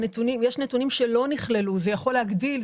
יש נתונים שלא נכללו וזה יכול להגדיל,